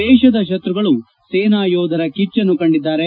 ದೇಶದ ಶತ್ಯಗಳು ಸೇನಾಯೋಧರ ಕಿಚ್ಲನ್ನು ಕಂಡಿದ್ದಾರೆ